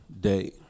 day